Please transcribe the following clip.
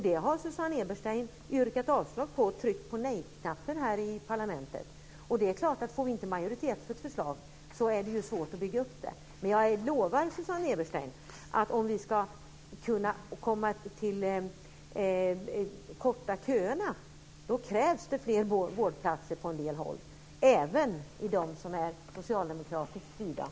Det har Susanne Eberstein yrkat avslag på och tryckt på nejknappen här i parlamentet. Och det är klart att om vi inte får majoritet för ett förslag så är det svårt att bygga upp detta. Men jag lovar Susanne Eberstein att om vi ska kunna korta köerna så krävs det fler vårdplatser på en del håll, även där det är socialdemokratiskt styre.